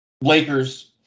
Lakers